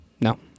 No